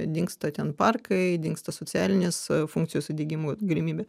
dingsta ten parkai dingsta socialinės funkcijos įdiegimo galimybė